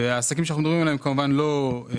והעסקים שאנחנו מדברים עליהם הם כמובן לא דיפלומטים